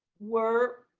were